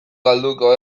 galduko